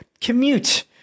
commute